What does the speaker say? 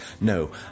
No